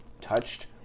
touched